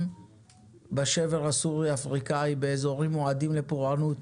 בשבר הסורי-אפריקאי באזורים מועדים לפורענות,